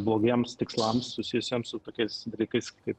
blogiems tikslams susijusiems su tokiais dalykais kaip